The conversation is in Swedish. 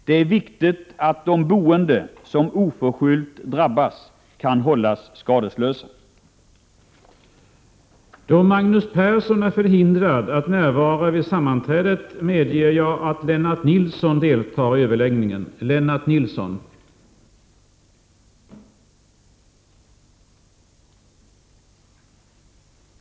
Det är viktigt att de boende, som oförskyllt drabbas, kan hållas skadeslösa. Då Magnus Persson, som framställt frågan, anmält att han var förhindrad att närvara vid sammanträdet, medgav talmannen att Lennart Nilsson i stället fick delta i överläggningen.